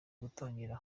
gutangira